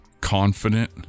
confident